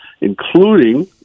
including